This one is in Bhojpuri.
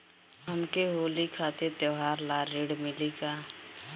हमके होली खातिर त्योहार ला ऋण मिली का?